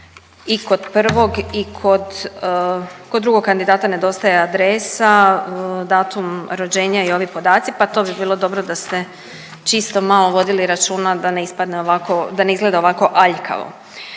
i kod prvog. Kod drugog kandidata nedostaje adresa, datum rođenja i ovi podaci, pa to bi bilo da ste čisto malo vodili računa da ne ispadne ovako, da